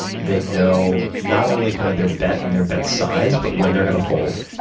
they know not only kind of their bet and their bet size but when they're going to fold.